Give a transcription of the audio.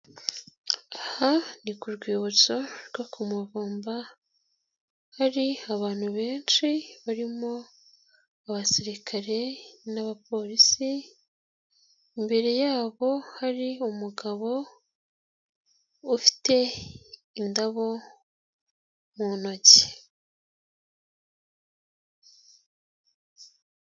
Aha ni ku rwibutso rwo ku Muvumba, hari abantu benshi barimo abasirikare n'abaporisi, imbere yabo hari umugabo ufite indabo mu ntoki.